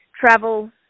travel